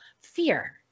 Fear